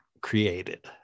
created